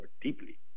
deeply